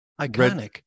Iconic